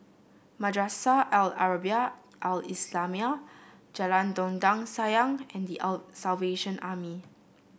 Madrasah Al Arabiah Al Islamiah Jalan Dondang Sayang and The Salvation Army